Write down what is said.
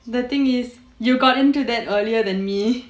the thing is you got into that earlier than me